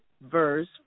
verse